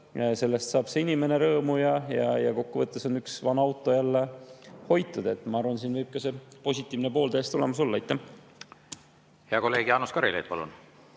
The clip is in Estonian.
sellest saab see inimene rõõmu ja kokkuvõttes on üks vana auto jälle hoitud. Ma arvan, et siin võib ka see positiivne pool täiesti olemas olla. Hea kolleeg Jaanus Karilaid, palun!